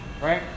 Right